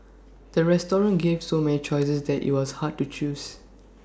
the restaurant gave so many choices that IT was hard to choose